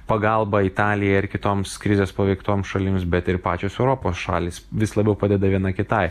pagalbą italijai ar kitoms krizės paveiktom šalims bet ir pačios europos šalys vis labiau padeda viena kitai